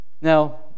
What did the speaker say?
Now